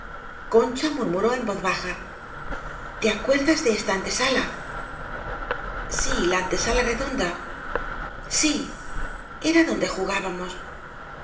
concha murmuró en voz baja te acuerdas de esta antesala sí la antesala redonda sí era donde jugábamos